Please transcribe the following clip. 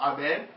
Amen